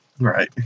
Right